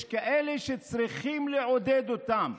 יש כאלה שצריכים לעודד אותם.